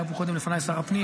היה פה קודם לפניי שר הפנים,